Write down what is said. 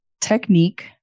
technique